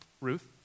Ruth